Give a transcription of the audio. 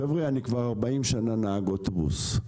חבר'ה, אני כבר 40 שנים נהג אוטובוס.